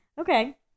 Okay